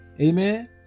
amen